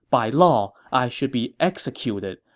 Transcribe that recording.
by law, i should be executed.